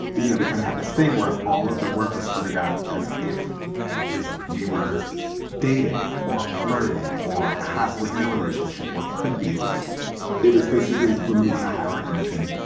you know, we kind of have this thing where all of the work was photographed as if we were dating or flirting or were in a relationship or could be it was basically removing a hierarchy between